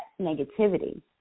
negativity